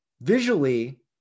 Visually